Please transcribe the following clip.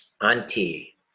auntie